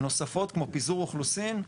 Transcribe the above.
נוספות, כמו פיזור אוכלוסין.